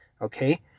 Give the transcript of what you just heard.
okay